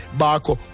bako